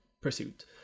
pursuit